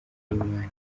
w’imana